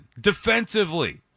defensively